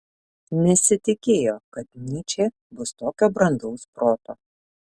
nesitikėjo kad nyčė bus tokio brandaus proto